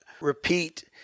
repeat